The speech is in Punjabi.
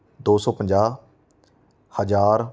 ਦੋ ਸੌ ਪੰਜਾਹ ਹਜ਼ਾਰ